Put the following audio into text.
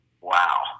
Wow